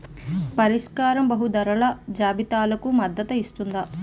పరిష్కారం బహుళ ధరల జాబితాలకు మద్దతు ఇస్తుందా?